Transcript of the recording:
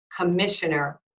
commissioner